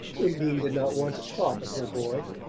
undine did not want to talk of her boy.